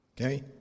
okay